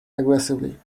aggressively